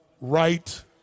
right